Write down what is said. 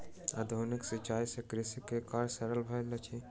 आधुनिक सिचाई से कृषक के कार्य सरल भेल अछि